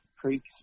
creeks